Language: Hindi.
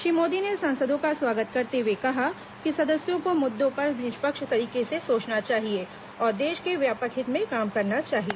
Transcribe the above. श्री मोदी ने सांसदों का स्वागत करते हुए कहा कि सदस्यों को मुद्दों पर निष्पक्ष तरीके से सोचना चाहिए और देश के व्यापक हित में काम करना चाहिए